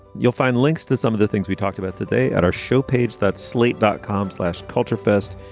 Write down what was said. you'll find links to some of the things we talked about today at our show page, that slate dot com slash culture fest.